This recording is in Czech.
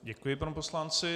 Děkuji panu poslanci.